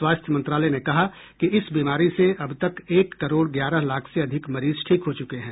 स्वास्थ्य मंत्रालय ने कहा कि इस बीमारी से अब तक एक करोड़ ग्यारह लाख से अधिक मरीज ठीक हो चुके हैं